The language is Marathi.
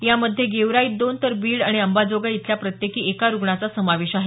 यामध्ये गेवराइत दोन तर बीड आणि अंबाजोगाई इथल्या प्रत्येकी एका रुग्णाचा समावेश आहे